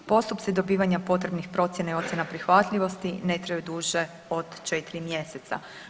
Postupci dobivanja potrebnih procjena i ocjena prihvatljivosti ne traju duže od 4 mjeseca.